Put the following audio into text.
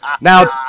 Now